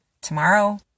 tomorrow